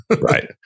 Right